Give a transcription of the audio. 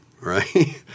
right